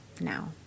now